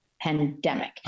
pandemic